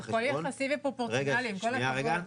הכול יחסי ופרופורציונלי, עם כל הכבוד.